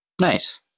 nice